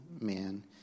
man